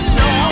no